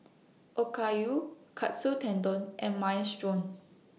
Okayu Katsu Tendon and Minestrone